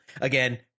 again